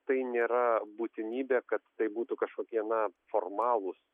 tai nėra būtinybė kad tai būtų kažkokie na formalūs